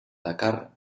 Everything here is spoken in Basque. dakar